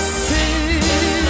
see